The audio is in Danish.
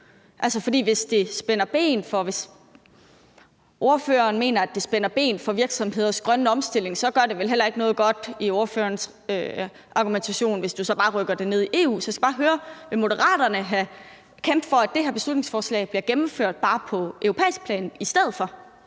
hvis ordføreren mener, at det spænder ben for virksomheders grønne omstilling, så gør det vel heller ikke noget godt ifølge ordførerens argumentation, hvis man så bare rykker det ned til EU? Så jeg skal bare høre: Vil Moderaterne kæmpe for, at det her beslutningsforslag bliver gennemført bare på europæisk plan i stedet for?